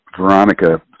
Veronica